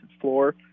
floor